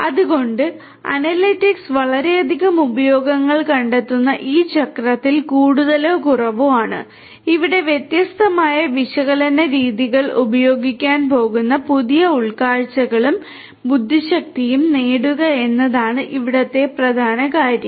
അതിനാൽ അനലിറ്റിക്സ് വളരെയധികം ഉപയോഗങ്ങൾ കണ്ടെത്തുന്ന ഈ ചക്രത്തിൽ കൂടുതലോ കുറവോ ആണ് ഇവിടെ വ്യത്യസ്തമായ വിശകലന രീതികൾ ഉപയോഗിക്കാൻ പോകുന്ന പുതിയ ഉൾക്കാഴ്ചകളും ബുദ്ധിശക്തിയും നേടുക എന്നതാണ് ഇവിടെ പ്രധാന കാര്യം